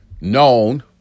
known